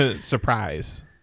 Surprise